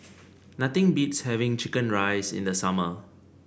nothing beats having chicken rice in the summer